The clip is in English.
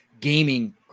gaming